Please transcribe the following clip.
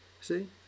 See